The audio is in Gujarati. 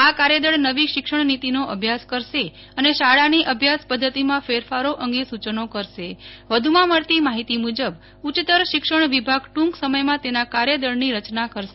આ કાર્ય દલ નવી શિક્ષણ નીતિ નો અભ્યાસ કરશે અને શાળા અભ્યાસ પદ્ધતિ માં ફેરફાર અંગે સૂચનો કરશે વધુમાં મળતી માહિતી મુજબ ઉચ્ચતર શિક્ષણ વિભાગ ટુંક સમયમાં તેના કાર્યદળ ની રચના કરશે